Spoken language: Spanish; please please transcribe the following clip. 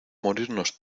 morirnos